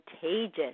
contagious